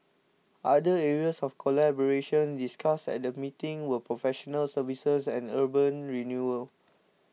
other areas of collaboration discussed at the meeting were professional services and urban renewal